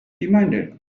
demanded